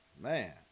man